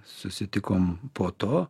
susitikom po to